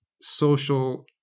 social